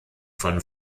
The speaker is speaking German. von